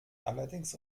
allerdings